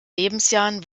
lebensjahren